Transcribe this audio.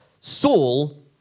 Saul